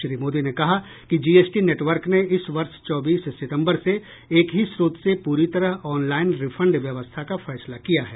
श्री मोदी ने कहा कि जीएसटी नेटवर्क ने इस वर्ष चौबीस सितंबर से एक ही स्रोत से पूरी तरह ऑनलाइन रिफंड व्यवस्था का फैसला किया है